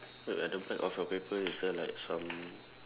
wait at the back of your paper is there like some